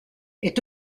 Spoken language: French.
est